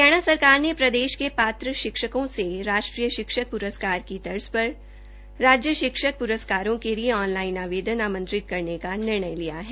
हरियाणा सरकार ने प्रदेश के पात्र शिक्षकों से राष्ट्रीय शिक्षक प्रस्कार की तर्ज पर राज्य शिक्षक प्रसकारों के लिए ऑनलाइन आवदेन आमंत्रित करने का निर्णय लिया है